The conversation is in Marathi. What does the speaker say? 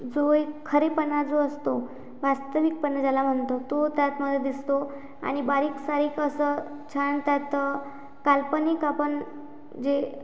जो एक खरेपणा जो असतो वास्तविक पणा ज्याला म्हणतो तो त्यात माझा दिसतो आणि बारीकसारीक असं छान त्यात काल्पनिक आपण जे